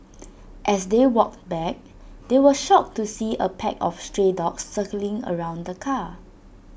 as they walked back they were shocked to see A pack of stray dogs circling around the car